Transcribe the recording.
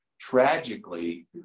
tragically